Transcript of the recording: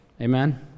Amen